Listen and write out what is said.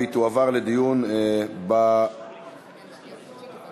והיא תועבר לוועדת החוקה,